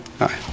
Aye